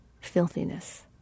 filthiness